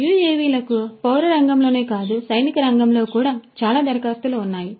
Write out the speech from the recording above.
యుఎవిలకు పౌర రంగంలోనే కాదు సైనిక రంగంలో కూడా చాలా దరఖాస్తులు ఉన్నాయి